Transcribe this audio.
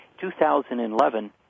2011